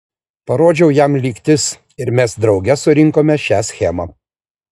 parodžiau jam lygtis ir mes drauge surinkome šią schemą